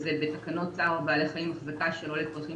שזה בתקנות צער בעלי חיים החזקה שלא לצרכים